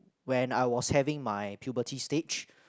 when I was having my puberty stage